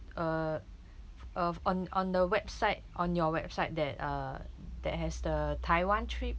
uh uh on on the website on your website that uh that has the taiwan trip